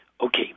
Okay